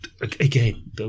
again